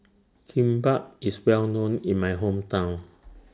Kimbap IS Well known in My Hometown